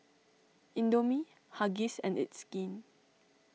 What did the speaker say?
Indomie Huggies and It's Skin